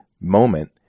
moment